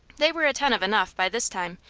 they were attentive enough, by this time,